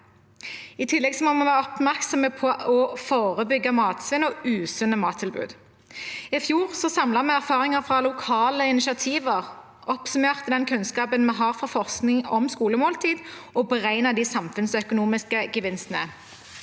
I tillegg må vi være oppmerksomme på å forebygge matsvinn og usunne mattilbud. I fjor samlet vi erfaringer fra lokale initiativer, oppsummerte den kunnskapen vi har fra forskning om skolemåltid, og beregnet de samfunnsøkonomiske gevinstene.